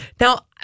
Now